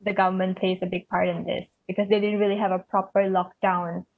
the government played a big part in this because they didn't really have a proper lock down